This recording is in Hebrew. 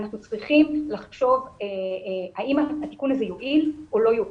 אנחנו צריכים לחשוב האם התיקון הזה יועיל או לא יועיל.